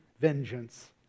vengeance